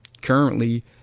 currently